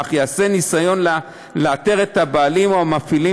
אך ייעשה ניסיון לאתר את הבעלים או המפעילים